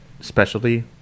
specialty